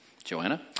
Joanna